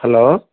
hello